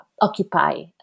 occupy